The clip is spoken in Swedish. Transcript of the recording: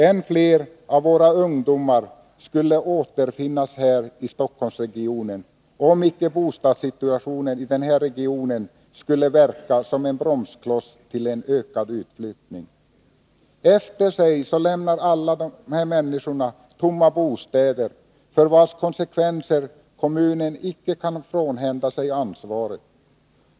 Än fler av våra ungdomar skulle återfinnas här i Stockholmsregionen om icke bostadssituationen i denna region verkade som en bromskloss mot ökad utflyttning. Efter sig lämnar alla dessa människor tomma bostäder för vilka kommunen icke kan frånhända sig ansvaret.